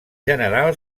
general